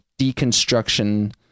deconstruction